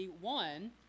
one